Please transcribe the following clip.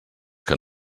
que